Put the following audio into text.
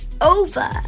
over